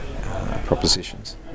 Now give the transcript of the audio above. propositions